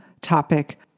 topic